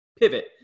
pivot